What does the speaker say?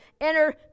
enter